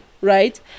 Right